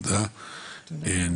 תודה לכם.